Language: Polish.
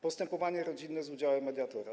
Postępowanie rodzinne z udziałem mediatora.